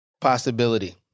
possibility